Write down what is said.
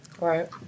Right